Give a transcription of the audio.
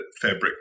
fabric